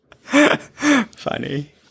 Funny